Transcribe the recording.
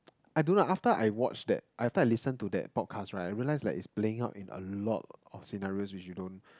I don't know after I watch that after I listen to that podcast right I realise like it's playing out in a lot of scenarios which you don't